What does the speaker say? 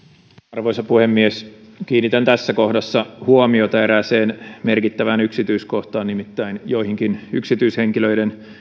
arvoisa puhemies kiinnitän tässä kohdassa huomiota erääseen merkittävään yksityiskohtaan nimittäin joihinkin yksityishenkilöiden